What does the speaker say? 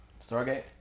Stargate